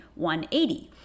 180